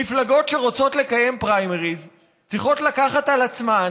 מפלגות שרוצות לקיים פריימריז צריכות לקחת על עצמן